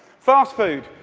fast food.